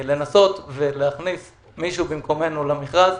לנסות ולהכניס מישהו במקומנו למכרז,